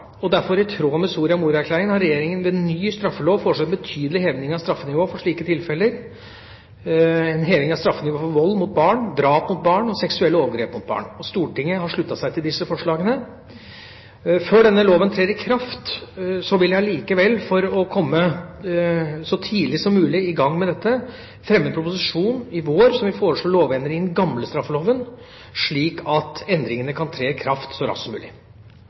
Derfor har vi i Soria Moria-erklæringen ved ny straffelov foreslått en betydelig heving av straffenivået for slike tilfeller – en heving av straffenivået for vold mot barn, drap på barn og seksuelle overgrep mot barn. Stortinget har sluttet seg til disse forslagene. Før denne loven trer i kraft, vil jeg likevel, for å komme i gang med dette så tidlig som mulig, i vår fremme en proposisjon som vil foreslå lovendringer i den gamle straffeloven, slik at endringene kan tre i kraft så raskt som mulig.